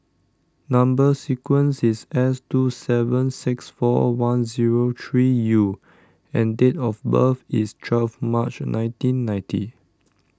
Number Sequence is S two seven six four one zero three U and date of birth is twelve March nineteen ninety